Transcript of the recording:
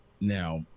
Now